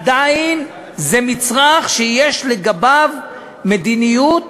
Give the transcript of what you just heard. עדיין זה מצרך שיש לגביו מדיניות